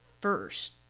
first